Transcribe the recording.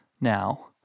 now